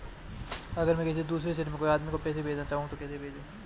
अगर मैं किसी दूसरे शहर में कोई आदमी को पैसे भेजना चाहूँ तो कैसे भेजूँ?